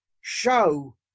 show